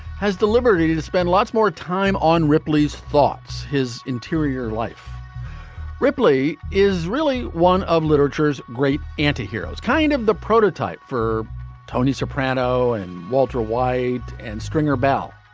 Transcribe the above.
has deliberately to spend lots more time on ripley's thoughts. his interior life ripley is really one of literature's great anti-heroes, kind of the prototype for tony soprano and walter white and stringer bell.